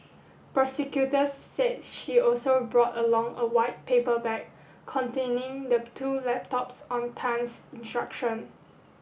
prosecutors said she also brought along a white paper bag containing the two laptops on Tan's instruction